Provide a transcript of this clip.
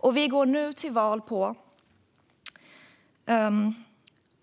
Och vi går nu till val på